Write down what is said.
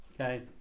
okay